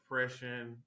depression